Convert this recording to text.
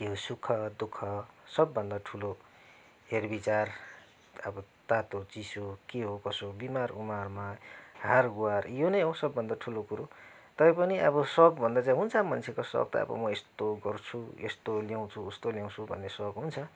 त्यो सुख दुःख सबभन्दा ठुलो हेरविचार अब तातो चिसो के हो कसो हो बिमार उमारमा हारगुहार यो नै हो सबभन्दा ठुलो कुरो तैपनि अब सोख भन्दा चाहिँ हुन्छ मान्छेको सोख त अब म यस्तो गर्छु यस्तो ल्याउँछु उस्तो ल्याउँछु भन्ने सोख हुन्छ